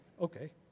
Okay